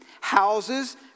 houses